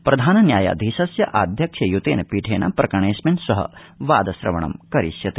प्रधान न्यायाधीशस्य आध्यक्ष्य युतेन पीठेन प्रकरणेस्मिन श्व वादश्रवणं करिष्यते